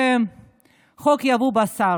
חוק יבוא בשר,